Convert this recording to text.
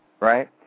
right